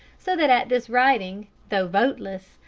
so that at this writing, though voteless,